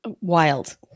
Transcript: Wild